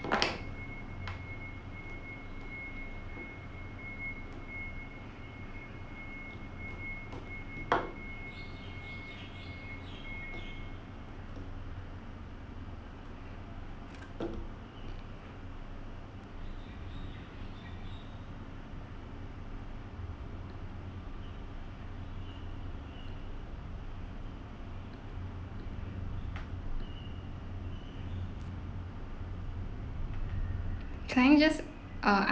can I just uh